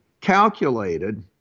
calculated